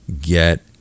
get